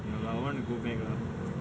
ya lah I want to go back lah